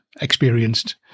experienced